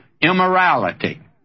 immorality